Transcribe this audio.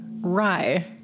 Rye